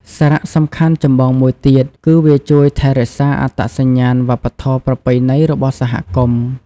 សារៈសំខាន់ចម្បងមួយទៀតគឺវាជួយថែរក្សាអត្តសញ្ញាណវប្បធម៌ប្រពៃណីរបស់សហគមន៍។